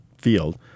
field